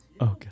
Okay